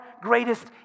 greatest